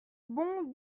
bon